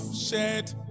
shared